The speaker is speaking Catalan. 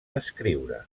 escriure